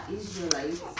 Israelites